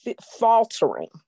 faltering